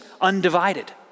undivided